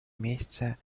месяца